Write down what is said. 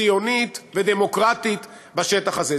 ציונית ודמוקרטית בשטח הזה.